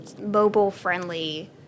mobile-friendly